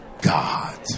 God